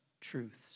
truths